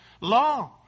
law